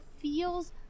feels